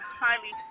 highly